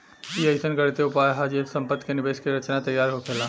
ई अइसन गणितीय उपाय हा जे से सम्पति के निवेश के रचना तैयार होखेला